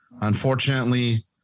unfortunately